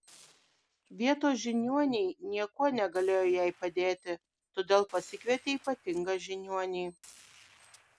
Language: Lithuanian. vietos žiniuoniai niekuo negalėjo jai padėti todėl pasikvietė ypatingą žiniuonį